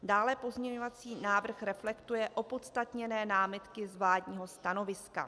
Dále pozměňovací návrh reflektuje opodstatněné námitky z vládního stanoviska.